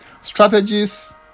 strategies